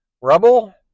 rubble